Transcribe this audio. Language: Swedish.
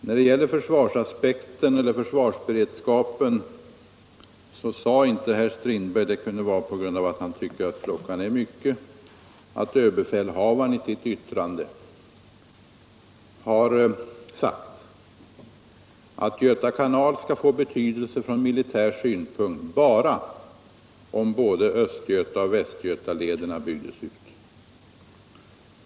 När det gäller försvarsberedskapen sade inte herr Strindberg - det kunde bero på att han tycker att tiden är sen — att överbefälhavaren i sitt yttrande har anfört att Göta kanal kan få betydelse från militär synpunkt bara om både Östgötaoch Västgötalederna byggdes ut.